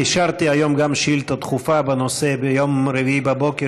אישרתי היום שאילתה דחופה בנושא ביום רביעי בבוקר.